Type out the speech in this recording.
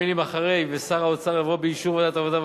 המלים "אחרי 'ושר האוצר' יבוא 'באישור ועדת העבודה,